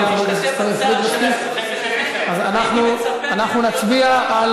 אנחנו נצביע.